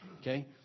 okay